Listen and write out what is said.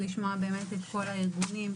לשמוע את כל הארגונים,